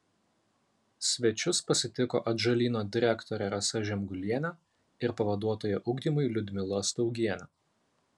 svečius pasitiko atžalyno direktorė rasa žemgulienė ir pavaduotoja ugdymui liudmila staugienė